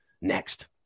Next